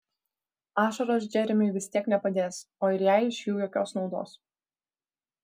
ašaros džeremiui vis tiek nepadės o ir jai iš jų jokios naudos